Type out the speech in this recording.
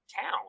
town